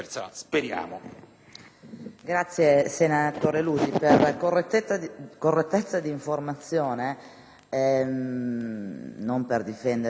Senatore Lusi, per correttezza di informazione e non per difendere il sottosegretario